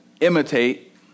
imitate